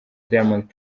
diamond